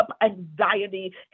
anxiety